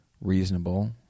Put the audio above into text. reasonable